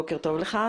בוקר טוב לך.